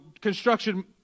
construction